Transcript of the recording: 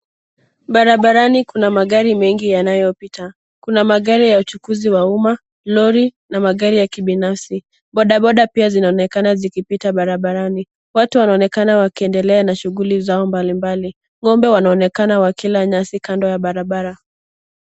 Barabarani kuna magari mengi yanayopita. Kuna magari ya uchukuzi wa umma, lori na magari ya kibinafsi. Bodaboda pia zinaonekana zikipita barabarani. Watu waonekana wakiendelea na shughuli zao mbalimbali. Ng'ombe wanaonekana wakila nyasi kando ya barabara.